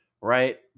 Right